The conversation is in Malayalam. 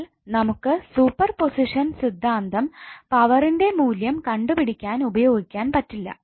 അതിനാൽ നമുക്ക് സൂപ്പർപൊസിഷൻ സിദ്ധാന്തം പവറിന്റെ മൂല്യം കണ്ടുപിടിക്കാൻ ഉപയോഗിക്കാൻ പറ്റില്ല